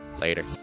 Later